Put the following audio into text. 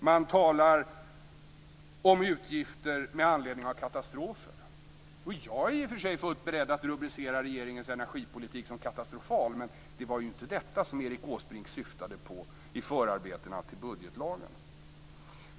Man talar om utgifter med anledning av katastrofer. Jag är i och för sig fullt beredd att rubricera regeringens energipolitik som katastrofal, men det var ju inte detta Erik Åsbrink syftade på i förarbetena till budgetlagen.